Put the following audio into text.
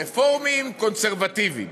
רפורמים, קונסרבטיבים.